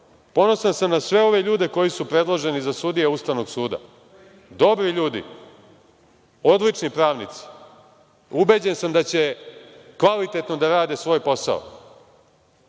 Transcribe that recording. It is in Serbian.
Ponosan sam na sve ove ljude koji su predloženi za sudije Ustavnog suda, dobri ljudi, odlični pravnici. Ubeđen sam da će kvalitetno da rade svoj posao. Što